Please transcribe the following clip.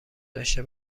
داشته